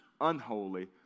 unholy